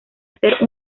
hacer